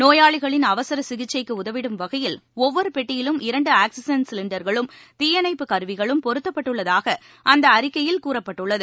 நோயாளிகளின் அவசர சிகிச்சைக்கு உதவிடும் வகையில் ஒவ்வொரு பெட்டியிலும் இரண்டு ஆக்ஸிஜன் சிலின்டர்களும் தீயணைப்பு கருவிகளும் பொருத்தப்பட்டுள்ளதாக அந்த அறிக்கையில் குறிப்பிடப்பட்டுள்ளது